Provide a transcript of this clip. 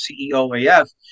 CEOAF